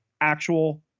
actual